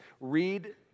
Read